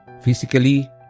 physically